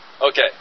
Okay